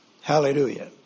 Hallelujah